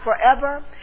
forever